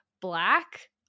black